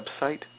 website